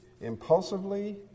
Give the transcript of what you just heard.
impulsively